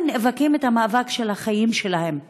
הם נאבקים את המאבק של החיים שלהם.